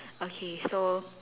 okay so